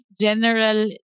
general